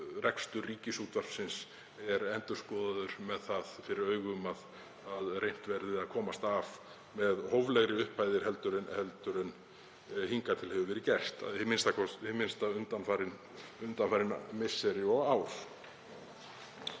rekstur Ríkisútvarpsins er endurskoðaður með það fyrir augum að reynt verði að komast af með hóflegri upphæðir en hingað til hefur verið gert, a.m.k. undanfarin misseri og ár.